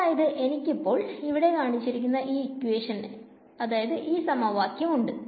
അതായത് എനിക്കിപ്പോ എന്ന സമവാക്യം ഉണ്ട്